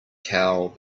cow